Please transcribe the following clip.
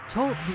Talk